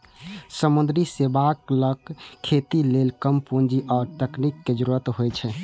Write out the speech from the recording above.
समुद्री शैवालक खेती लेल कम पूंजी आ तकनीक के जरूरत होइ छै